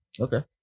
Okay